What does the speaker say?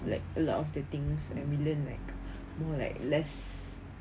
like a lot of the things we learn like more like less